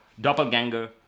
Doppelganger